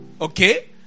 okay